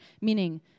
Meaning